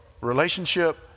relationship